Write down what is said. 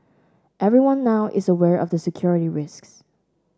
everyone now is aware of the security risks